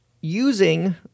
using